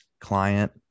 client